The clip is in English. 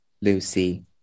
Lucy